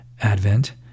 Advent